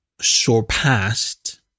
surpassed